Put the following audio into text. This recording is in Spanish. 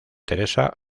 teresa